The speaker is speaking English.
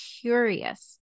curious